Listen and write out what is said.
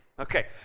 Okay